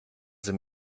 sie